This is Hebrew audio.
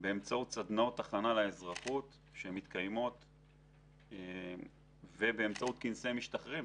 באמצעות סדנאות הכנה לאזרחות שמתקיימות ובאמצעות כנסי משתחררים.